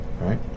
Right